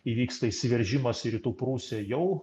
įvyksta išsiveržimas į rytų prūsiją jau